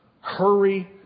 hurry